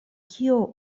kio